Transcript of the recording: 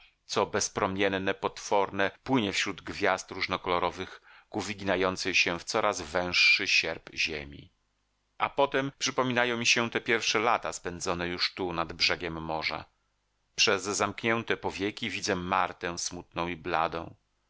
co bezpromienne potworne płynie wśród gwiazd różnokolorowych ku wyginającej się w coraz węższy sierp ziemi a potem przypominają mi się te pierwsze lata spędzone już tu nad brzegiem morza przez zamknięte powieki widzę martę smutną i bladą